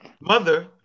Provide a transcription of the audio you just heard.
mother